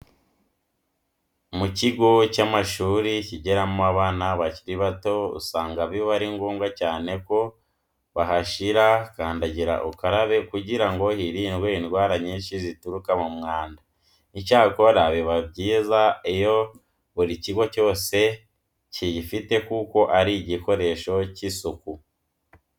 Mu kigo cy'amashuri kigiramo abana bakiri bato usanga biba ari ngombwa cyane ko bahashyira kandagira ukarabe kugira ngo hirindwe indwara nyinshi zituruka ku mwanda. Icyakora biba byiza iyo buri kigo cyose kiyifite kuko ari igikoresho cy'isuku.